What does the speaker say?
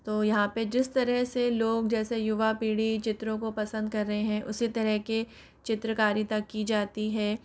तो यहाँ पर जिस तरह से लोग जैसे युवा पीढ़ी चित्रों को पसंद कर रहे हैं उसी तरह की चित्रकारिता की जाती है